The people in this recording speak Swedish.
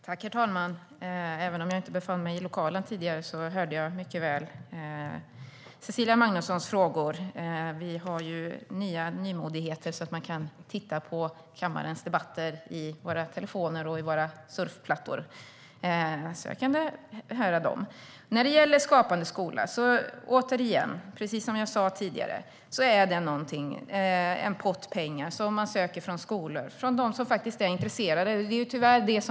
Herr talman! Även om jag inte befann mig i lokalen tidigare hörde jag Cecilia Magnussons frågor mycket väl. Vi har ju nymodigheter som gör att vi kan titta på kammarens debatter i våra telefoner och surfplattor. Jag kunde alltså höra dem. När det gäller Skapande skola är det, precis som jag sa tidigare, en pott pengar som skolor söker. Det är skolor som är intresserade som gör det.